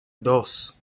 dos